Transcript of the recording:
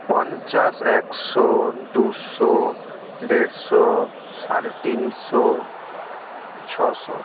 পঞ্চাশ একশো দুশো ডেড়শো সাড়ে তিনশো ছশো